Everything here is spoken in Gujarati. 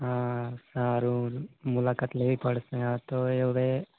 હા સારું મુલાકાત લેવી પડશે હા તો એ હવે